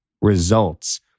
results